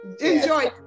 Enjoy